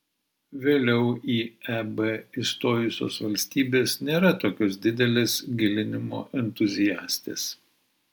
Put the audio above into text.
vėliau į eb įstojusios valstybės nėra tokios didelės gilinimo entuziastės